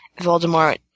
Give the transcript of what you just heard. Voldemort